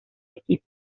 equipo